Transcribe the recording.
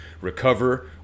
recover